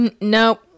nope